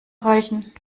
reichen